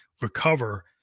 recover